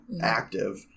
active